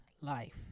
life